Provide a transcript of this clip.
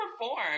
perform